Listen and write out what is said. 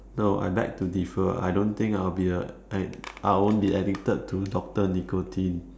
no I beg to differ I don't think I'll be a I I won't be addicted to doctor nicotine